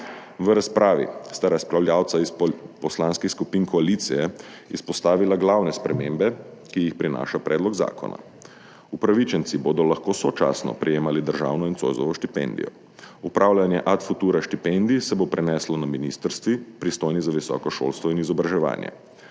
V razpravi sta razpravljavca iz poslanskih skupin koalicije izpostavila glavne spremembe, ki jih prinaša predlog zakona. Upravičenci bodo lahko sočasno prejemali državno in Zoisovo štipendijo. Upravljanje Ad futura štipendij se bo preneslo na ministrstvi, pristojni za visoko šolstvo in izobraževanje.